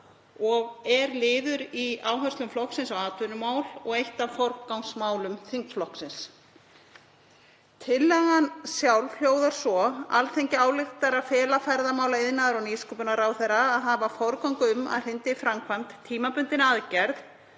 og er liður í áherslum flokksins á atvinnumál og eitt af forgangsmálum þingflokksins. Tillagan sjálf hljóðar svo: „Alþingi ályktar að fela ferðamála-, iðnaðar- og nýsköpunarráðherra að hafa forgöngu um að hrinda í framkvæmd tímabundinni aðgerð